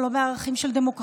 או לא בערכים של דמוקרטיה,